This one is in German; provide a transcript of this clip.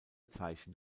zeichen